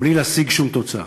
בלי להשיג שום תוצאה.